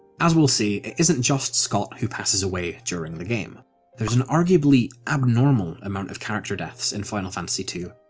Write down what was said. as we'll see, it isn't just scott who passes away during the game there's an arguably abnormal amount of character deaths in final fantasy ii,